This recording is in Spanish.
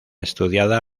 estudiada